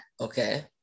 okay